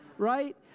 right